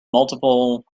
multiple